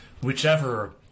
whichever